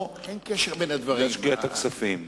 או להשקיע את הכספים.